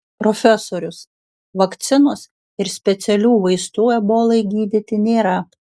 profesorius vakcinos ir specialių vaistų ebolai gydyti nėra